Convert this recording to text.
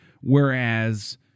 Whereas